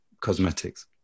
cosmetics